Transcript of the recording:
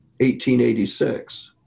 1886